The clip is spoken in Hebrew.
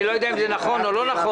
ואני לא יודע אם זה נכון או לא נכון